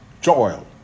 Joel